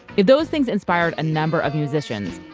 if those things inspired a number of musicians,